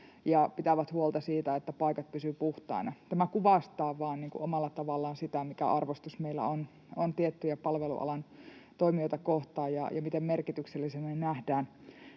ja pitävät huolta siitä, että paikat pysyvät puhtaina. Tämä kuvastaa vain omalla tavallaan sitä, mikä arvostus meillä on tiettyjä palvelualan toimijoita kohtaan ja miten merkityksellisinä ne nähdään